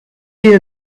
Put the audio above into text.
you